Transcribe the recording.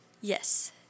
Yes